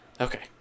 Okay